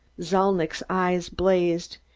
zalnitch's eyes blazed.